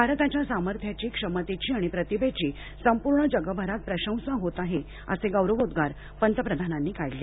भारताच्या सामर्थ्याची क्षमतेची आणि प्रतिभेची संपूर्ण जगभरात प्रशंसा होत आहे असे गौरवोद्वार पंतप्रधानानी काढले